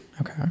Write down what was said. Okay